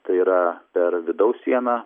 tai yra per vidaus sieną